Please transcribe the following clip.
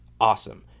Awesome